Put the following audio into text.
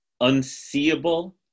unseeable